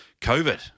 COVID